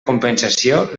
compensació